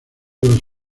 los